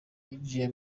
yinjiye